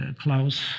Klaus